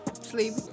Sleep